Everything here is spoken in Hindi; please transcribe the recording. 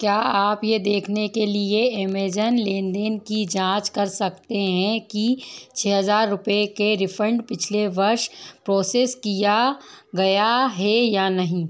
क्या आप यह देखने के लिए एमेज़न लेन देन की जाँच कर सकते हैं कि छः हज़ार रुपये के रिफ़ंड पिछले वर्ष प्रोसेस किया गया है या नहीं